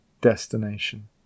destination